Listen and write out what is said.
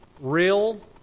real